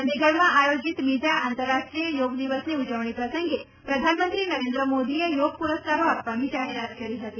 ચંદીગઢમાં આયોજિત બીજા આંતરરાષ્ટ્રીય યોગ દિવસની ઉજવણી પ્રસંગે પ્રધાનમંત્રી નરેન્દ્ર મોદીએ યોગ પુરસ્કારો આપવાની જાહેરાત કરી હતી